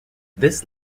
this